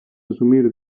asumir